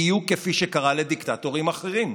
בדיוק כפי שקרה לדיקטטורים אחרים.